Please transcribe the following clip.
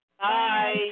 Bye